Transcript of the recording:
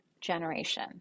generation